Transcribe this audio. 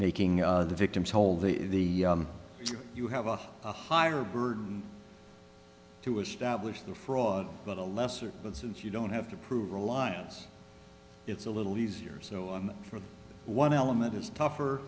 making the victims whole the you have a higher burden to establish the fraud but a lesser but since you don't have to prove reliance it's a little easier so on for one element is tough